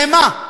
למה,